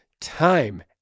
time